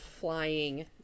flying